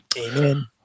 Amen